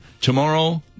Tomorrow